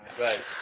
right